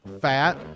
fat